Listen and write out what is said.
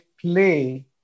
play